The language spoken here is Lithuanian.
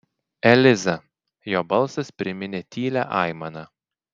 eliza jo balsas priminė tylią aimaną